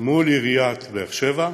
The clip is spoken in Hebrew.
מול עיריית באר-שבע,